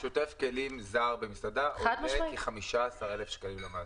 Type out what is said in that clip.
שוטף כלים זר במסעדה עולה למעסיק כ-15,000 שקלים בחודש.